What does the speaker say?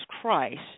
Christ